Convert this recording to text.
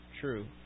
true